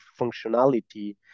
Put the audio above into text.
functionality